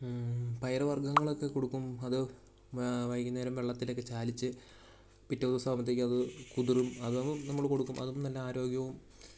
പയറുവർഗങ്ങളൊക്കെ കൊടുക്കും അത് വൈകുന്നേരം വെള്ളത്തിലൊക്കെ ചാലിച്ച് പിറ്റേദിസം ആവുമ്പത്തേക്ക് അത് കുതിരും അതാകുമ്പം നമ്മൾ കൊടുക്കും അതും നല്ല ആരോഗ്യവും